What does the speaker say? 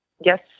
Yes